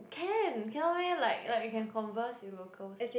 !can! cannot meh like like you can converse with locals